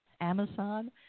Amazon